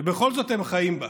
ובכל זאת הם חיים בה.